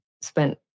spent